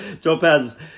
Topaz